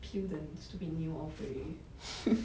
peel the stupid nail off already